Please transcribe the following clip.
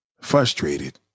frustrated